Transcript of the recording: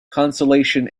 consolation